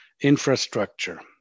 infrastructure